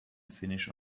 finish